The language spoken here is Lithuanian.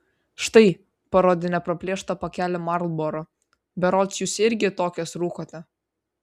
štai parodė nepraplėštą pakelį marlboro berods jūs irgi tokias rūkote